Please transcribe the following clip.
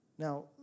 Now